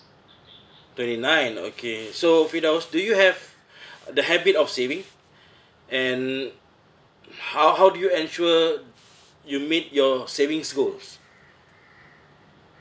twenty nine okay so firdaus do you have the habit of saving and how how do you ensure you meet your savings goals